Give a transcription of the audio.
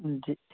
जी